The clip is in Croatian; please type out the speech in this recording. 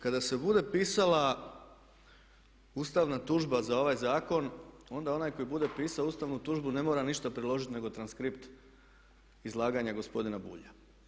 Kada se bude pisala ustavna tužba za ovaj zakon onda onaj koji bude pisao ustavnu tužbu ne mora ništa priložiti nego transkript izlaganja gospodina Bulja.